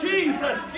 Jesus